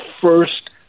first